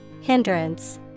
Hindrance